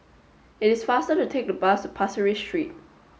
it is faster to take the bus Pasir Ris Street